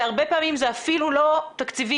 הרבה פעמים זה אפילו לא תקציבים,